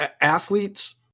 athletes